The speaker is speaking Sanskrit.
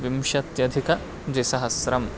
विंशत्यधिकद्विसहस्रम्